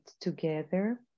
together